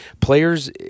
Players